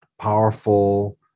powerful